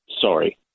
sorry